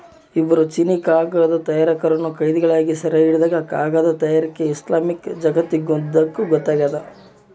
ಇಬ್ಬರು ಚೀನೀಕಾಗದ ತಯಾರಕರನ್ನು ಕೈದಿಗಳಾಗಿ ಸೆರೆಹಿಡಿದಾಗ ಕಾಗದ ತಯಾರಿಕೆ ಇಸ್ಲಾಮಿಕ್ ಜಗತ್ತಿಗೊತ್ತಾಗ್ಯದ